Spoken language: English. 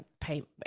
paint